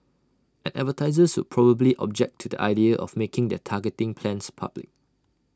and advertisers would probably object to the idea of making their targeting plans public